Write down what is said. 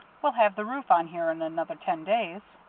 we'll have the roof on here in another ten days.